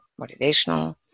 motivational